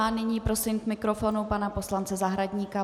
Nyní prosím k mikrofonu pana poslance Zahradníka.